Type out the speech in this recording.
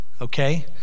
okay